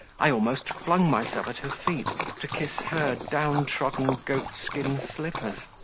i almost flung myself at her feet to kiss her down-trodden goat-skin slippers.